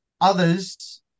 Others